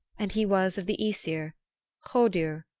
and he was of the aesir hodur,